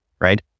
right